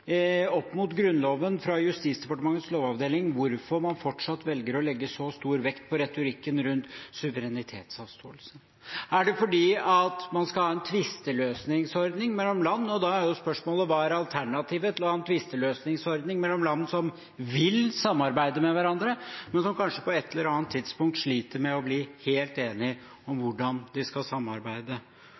opp mot Grunnloven fra Justisdepartementets lovavdeling – hvorfor man fortsatt velger å legge så stor vekt på retorikken rundt suverenitetsavståelsen. Er det fordi man skal ha en tvisteløsningsordning mellom land? Og da er jo spørsmålet hva som er alternativet til å ha en tvisteløsningsordning mellom land som vil samarbeide med hverandre, men som kanskje på et eller annet tidspunkt sliter med å bli helt enige om hvordan de skal samarbeide.